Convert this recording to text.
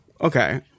Okay